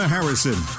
Harrison